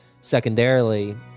secondarily